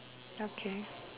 okay